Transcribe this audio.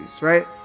right